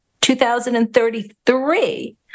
2033